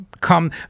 come